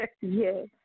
Yes